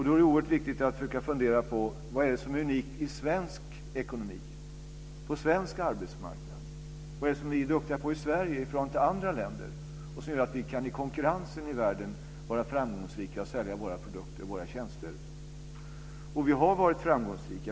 Då är det oerhört viktigt att försöka fundera på vad det är som är unikt i svensk ekonomi, på svensk arbetsmarknad. Vad är det som vi är duktiga på i Sverige i förhållande till andra länder som gör att vi i konkurrensen i världen kan vara framgångsrika och sälja våra produkter och tjänster? Vi har varit framgångsrika.